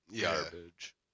garbage